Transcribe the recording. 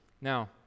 now